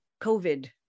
COVID